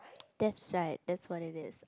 that's right that's what it is